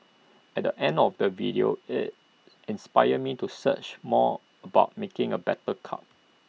at the end of the video IT inspired me to search more about making A better cup